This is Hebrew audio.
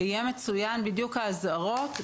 חופי רחצה הם גורם מרכזי לטביעה,